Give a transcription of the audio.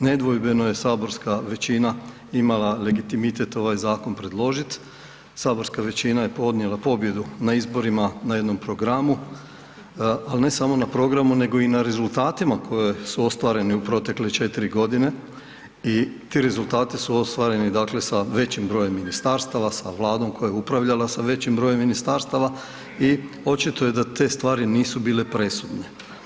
Nedvojbeno je saborska većina imala legitimitet ovaj zakon predložit, saborska većina je odnijela pobjedu na izborima na jednom programu ali ne samo na programu nego i na rezultatima koji su ostvareni u protekle 4 g. i ti rezultati su ostvareni dakle sa većim brojem ministarstava, sa Vladom koja je upravljala sa većim brojem ministarstava i očito je da te stvari nisu bile presudne.